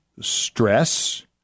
stress